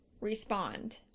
respond